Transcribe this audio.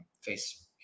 face